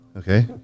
Okay